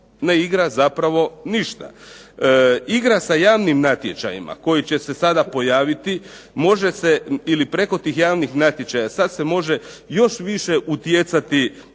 ne igra zapravo ništa. Igra sa javnim natječajima koji će se sada pojaviti može se ili preko tih javnih natječaja sad se može još više utjecati